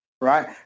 right